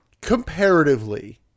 comparatively